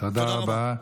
תודה רבה.